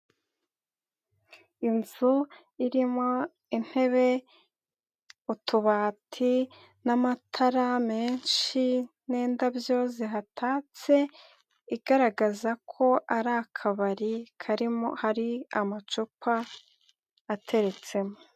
Inzu irimo intebe, utubati n'amatara menshi, n'indabyo zihatatse, igaragaza ko ari akabari karimo, hari amacupa ateretsemo.